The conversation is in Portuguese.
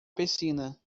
piscina